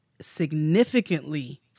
significantly